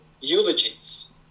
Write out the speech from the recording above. eulogies